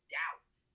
doubt